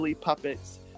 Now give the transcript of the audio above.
puppets